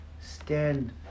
stand